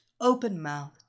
open-mouthed